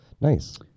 nice